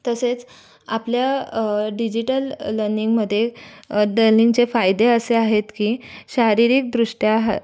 तसेच आपल्या डिजिटल लनिंगमध्ये लनिंगचे फायदे असे आहेत की शारीरिक दृष्ट्या ह